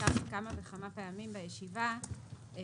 שהוזכר כמה וכמה פעמים בישיבה הוא